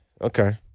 okay